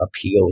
appeal